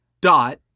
dot